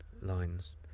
lines